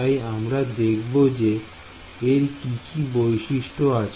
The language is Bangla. তাই আমরা দেখব যে এর কি কি বৈশিষ্ট্য আছে